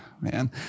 man